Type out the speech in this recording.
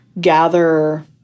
gather